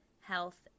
health